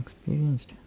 strangest